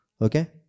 okay